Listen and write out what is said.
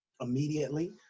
immediately